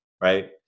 Right